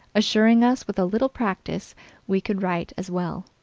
assuring us with a little practice we could write as well.